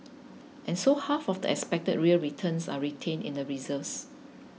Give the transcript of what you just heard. and so half of the expected real returns are retained in the reserves